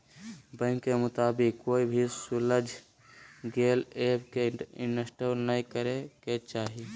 bank के मुताबिक, कोई भी सुझाल गेल ऐप के इंस्टॉल नै करे के चाही